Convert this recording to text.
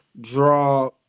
draw